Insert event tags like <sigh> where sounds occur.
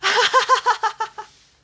<laughs>